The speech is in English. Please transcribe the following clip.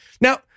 Now